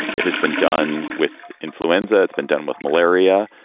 it has been done with influenza. it's been done with malaria.